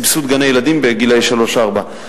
בסבסוד גני-ילדים לגילאי שלוש ארבע.